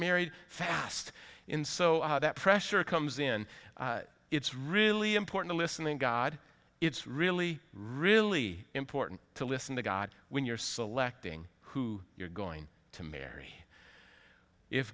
married fast in so that pressure comes in it's really important listen in god it's really really important to listen to god when you're selecting who you're going to marry if